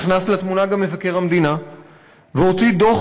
נכנס לתמונה גם מבקר המדינה והוציא דוח